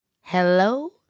hello